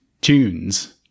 tunes